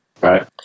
Right